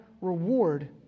reward